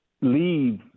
leave